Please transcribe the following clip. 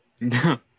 No